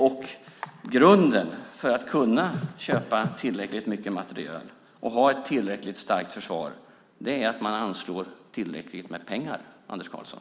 Och grunden för att kunna köpa tillräckligt mycket materiel och ha ett tillräckligt starkt försvar är att man anslår tillräckligt med pengar, Anders Karlsson.